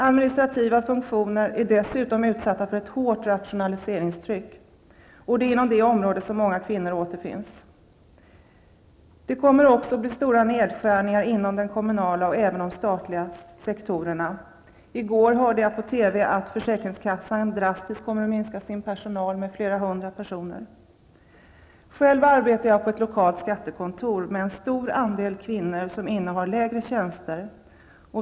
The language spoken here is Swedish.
Administrativa funktioner är dessutom utsatta för ett hårt rationaliseringstryck. Det är inom det området många kvinnor återfinns. Det kommer också att bli stora nedskärningar inom kommunala och statliga sektorer. I går hörde jag på TV att försäkringskassan kommer att minska personalen drastiskt, med flera hundra personer. Själv arbetar jag på ett lokalt skattekontor, med en stor andel kvinnor som innehar lägre tjänster.